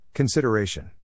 Consideration